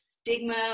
stigma